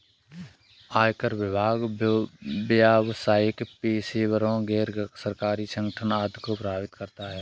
आयकर विभाग व्यावसायिक पेशेवरों, गैर सरकारी संगठन आदि को प्रभावित करता है